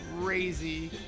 crazy